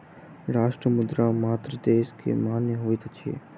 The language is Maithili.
राष्ट्रीय मुद्रा मात्र देश में मान्य होइत अछि